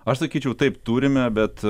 aš sakyčiau taip turime bet